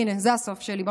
הינה, זה הסוף שלי.